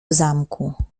zamku